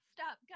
Stop